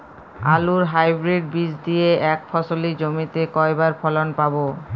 আলুর হাইব্রিড বীজ দিয়ে এক ফসলী জমিতে কয়বার ফলন পাব?